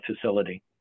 facility